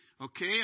Okay